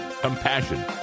compassion